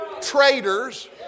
traitors